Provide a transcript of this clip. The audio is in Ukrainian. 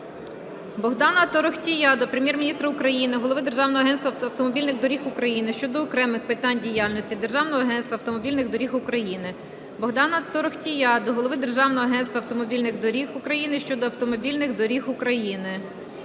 Богдана Торохтія до Прем'єр-міністра України, Голови Державного агентства автомобільних доріг України щодо окремих питань діяльності Державного агентства автомобільних доріг України. Богдана Торохтія до голови Державного агентства автомобільних доріг України щодо автомобільних доріг України.